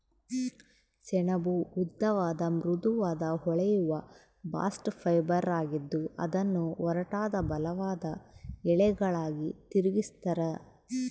ಸೆಣಬು ಉದ್ದವಾದ ಮೃದುವಾದ ಹೊಳೆಯುವ ಬಾಸ್ಟ್ ಫೈಬರ್ ಆಗಿದ್ದು ಅದನ್ನು ಒರಟಾದ ಬಲವಾದ ಎಳೆಗಳಾಗಿ ತಿರುಗಿಸ್ತರ